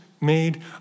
made